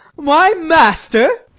my master!